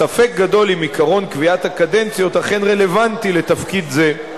ספק גדול אם עקרון קביעת הקדנציות אכן רלוונטי לתפקיד זה.